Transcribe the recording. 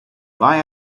buy